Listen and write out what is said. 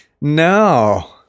No